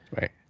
Right